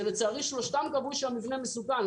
שלצערי שלושתם קבעו שהמבנה מסוכן.